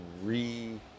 re-